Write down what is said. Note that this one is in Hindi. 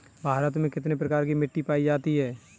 भारत में कितने प्रकार की मिट्टी पाई जाती है?